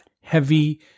heavy